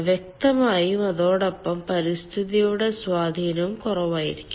വ്യക്തമായും അതോടൊപ്പം പരിസ്ഥിതിയുടെ സ്വാധീനം കുറവായിരിക്കും